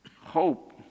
hope